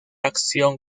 acción